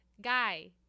guy